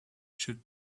should